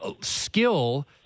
Skill